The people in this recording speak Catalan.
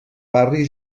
barri